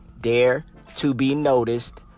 DareToBeNoticed